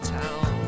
town